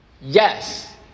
Yes